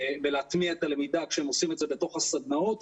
בלהטמיע את הלמידה כשהם עושים את זה בתוך הסדנאות,